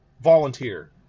volunteer